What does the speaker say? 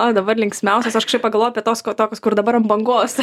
o dabar linksmiausios aš kažkaip pagalvojau apie tuos tokius kur dabar ant bangos